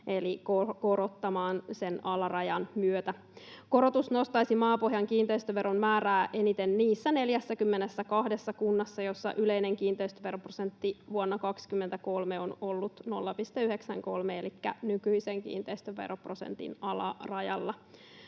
eli korottamaan sen alarajamuutoksen myötä. Korotus nostaisi maapohjan kiinteistöveron määrää eniten niissä 42 kunnassa, joissa yleinen kiinteistöveroprosentti vuonna 23 on ollut 0,93 elikkä nykyisen kiinteistöveroprosentin alarajalla.